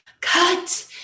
cut